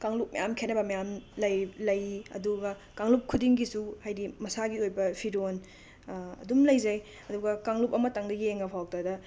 ꯀꯥꯡꯂꯨꯞ ꯃꯌꯥꯝ ꯈꯦꯠꯅꯕ ꯃꯌꯥꯝ ꯂꯩ ꯂꯩ ꯑꯗꯨꯒ ꯀꯥꯡꯂꯨꯞ ꯈꯨꯗꯤꯡꯒꯤꯁꯨ ꯍꯥꯏꯗꯤ ꯃꯁꯥꯒꯤ ꯑꯣꯏꯕ ꯐꯤꯔꯣꯟ ꯑꯗꯨꯝ ꯂꯩꯖꯩ ꯑꯗꯨꯒ ꯀꯥꯡꯂꯨꯞ ꯑꯃꯇꯪꯗ ꯌꯦꯡꯉꯐꯧꯇꯗ